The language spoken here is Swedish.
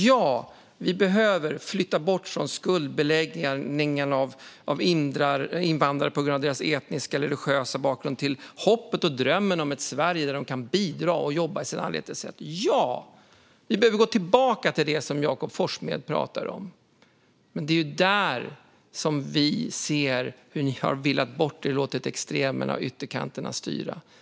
Ja, vi behöver flytta bort från skuldbeläggningen av invandrare på grund av deras etniska eller religiösa bakgrund till hoppet och drömmen om ett Sverige där de kan bidra och jobba i sitt anletes svett. Ja, vi behöver gå tillbaka till det som Jakob Forssmed pratar om. Men det är ju där vi ser hur ni har villat bort er och låtit extremerna och ytterkanterna styra.